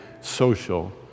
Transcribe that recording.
social